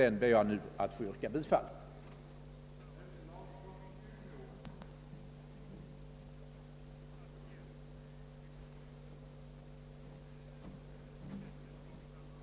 Jag ber nu att få yrka bifall till denna reservation.